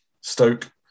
Stoke